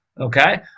okay